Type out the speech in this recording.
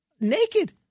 naked